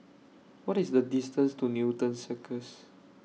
What IS The distance to Newton Cirus